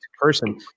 person